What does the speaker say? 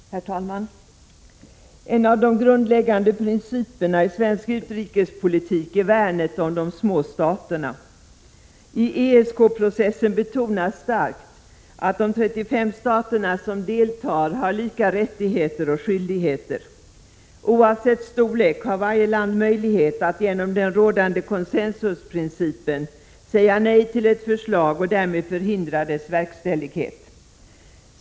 Herr talman! En av de grundläggande principerna i svensk utrikespolitik är värnet om de små staterna. I ESK-processen betonas starkt att de 35 stater som deltar har lika rättigheter och skyldigheter. Oavsett storlek har varje land möjlighet genom den rådande consensusprincipen att säga nej till ett förslag och därmed förhindra dess verkställighet.